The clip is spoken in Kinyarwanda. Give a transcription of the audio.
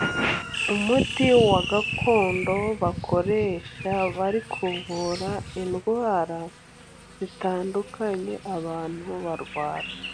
Umuti wa gakondo bakoresha bari kuvura indwara zitandukanye abantu barwara.